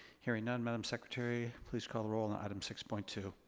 hearing none. madame secretary, please call the roll on item six point two.